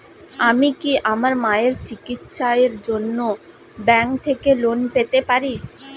আমি কি আমার মায়ের চিকিত্সায়ের জন্য ব্যঙ্ক থেকে লোন পেতে পারি?